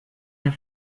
der